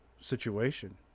situation